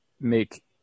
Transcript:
make